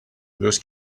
this